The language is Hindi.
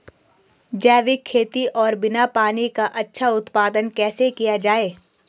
जैविक खेती और बिना पानी का अच्छा उत्पादन कैसे किया जाए?